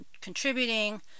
contributing